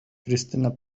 krystyna